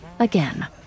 again